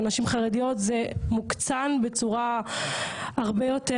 נשים חרדיות זה מוקצן בצורה הרבה יותר,